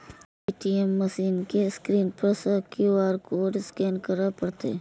ATM machine के screen पर सं क्यू.आर कोड स्कैन करय पड़तै